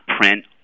print